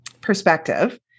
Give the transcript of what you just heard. perspective